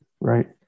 Right